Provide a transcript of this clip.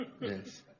Yes